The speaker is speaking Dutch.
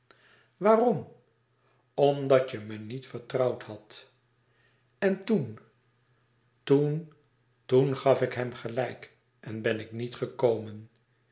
waarom omdat je me niet vertrouwd hadt en toen toen toen gaf ik hem gelijk en ben ik niet gekomen